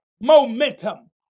momentum